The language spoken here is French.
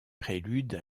prélude